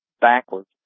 backwards